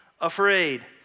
afraid